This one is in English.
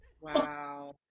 Wow